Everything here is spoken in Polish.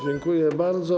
Dziękuję bardzo.